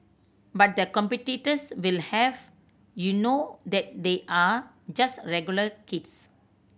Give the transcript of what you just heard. but the competitors will have you know that they are just regular kids